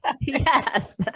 yes